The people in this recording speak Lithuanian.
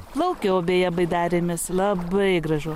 plaukiau beje baidarėmis labai gražiu